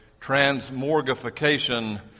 transmorgification